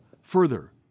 further